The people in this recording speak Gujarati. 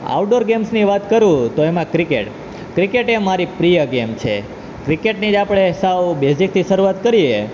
આઉટ ડોર ગેમ્સની વાત કરું તો એમાં ક્રિકેટ ક્રિકેટ એ મારી પ્રિય ગેમ છે ક્રિકેટની જ આપણે સાવ બેઝિકથી શરૂઆત કરીએ